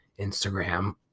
instagram